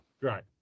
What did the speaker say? Right